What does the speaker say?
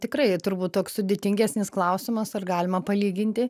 tikrai turbūt toks sudėtingesnis klausimas ar galima palyginti